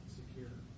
secure